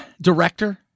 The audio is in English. director